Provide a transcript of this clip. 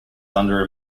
under